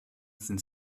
sind